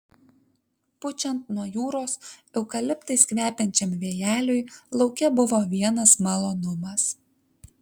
pučiant nuo jūros eukaliptais kvepiančiam vėjeliui lauke buvo vienas malonumas